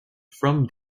from